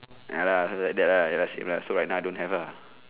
ya lah heard like that lah you ask him lah so I now don't have lah